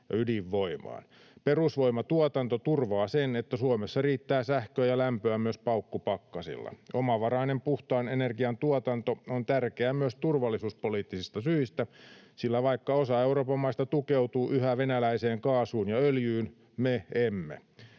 Perusvoimatuotanto turvaa sen, että Suomessa riittää sähköä ja lämpöä myös paukkupakkasilla. Omavarainen puhtaan energian tuotanto on tärkeää myös turvallisuuspoliittisista syistä, sillä vaikka osa Euroopan maista tukeutuu yhä venäläiseen kaasuun ja öljyyn, me emme.